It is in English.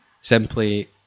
simply